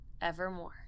evermore